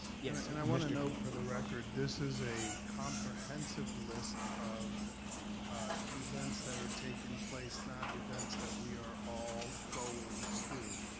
and i want to note for the record this is a comprehensive list of events that are taking place not events that we are all going to.